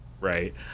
right